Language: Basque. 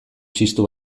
txistu